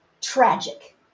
Tragic